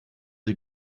sie